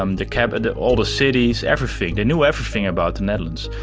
um the cabinet, all the cities, everything, they knew everything about the netherlands.